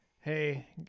hey